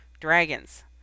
dragons